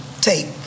tape